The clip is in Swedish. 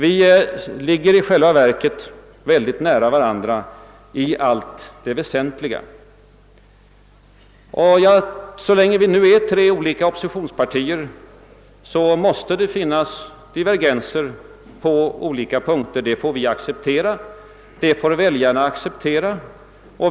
Vi ligger i själva verket mycket nära varandra i allt det väsentliga. Så länge det finns tre olika oppositionspartier måste det finnas divergenser på olika punkter, det får bå de vi och väljarna acceptera.